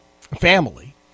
family